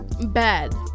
bad